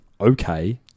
Okay